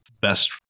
best